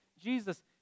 Jesus